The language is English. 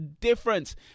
difference